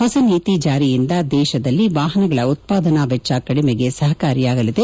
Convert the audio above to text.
ಹೊಸ ನೀತಿ ಜಾರಿಯಿಂದ ದೇಶದಲ್ಲಿ ವಾಹನಗಳ ಉತ್ಪಾದನಾ ವೆಚ್ಚ ಕಡಿಮೆಗೆ ಸಹಕಾರಿಯಾಗಲಿದೆ